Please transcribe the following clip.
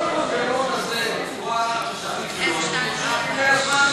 כל המנגנון הזה בצורה הנוכחית שלו,